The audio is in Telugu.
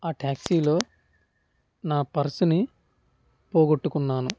ఆ ట్యాక్సీలో నా పర్సుని పోగొట్టుకున్నాను